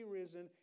risen